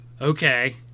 okay